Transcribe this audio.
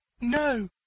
No